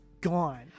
gone